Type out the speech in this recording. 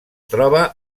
troba